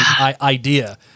idea